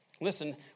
Listen